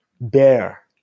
bear